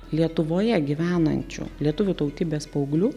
lietuvoje gyvenančių lietuvių tautybės paauglių